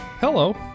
Hello